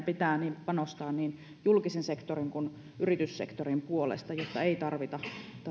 pitää panostaa niin julkisen sektorin kuin yrityssektorin puolesta jotta ei tarvita